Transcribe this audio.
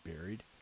buried